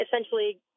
essentially